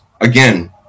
again